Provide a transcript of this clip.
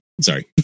sorry